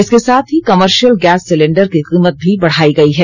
इसके साथ ही कर्मशयल गैस सिलिण्डर की कीमत भी बढ़ाई गई है